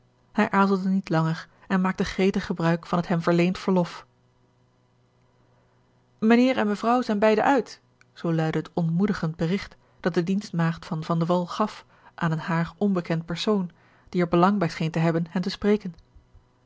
hij aarzelde niet langer en maakte gretig gebruik van het hem verleend verlof mijnheer en mevrouw zijn beide uit zoo luidde het ontmoedigend berigt dat de dienstmaagd van van de wall gaf aan een haar onbekend persoon die er belang bij scheen te hebben hen te spreken